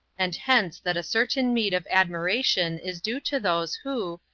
and hence that a certain meed of admiration is due to those who,